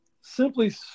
simply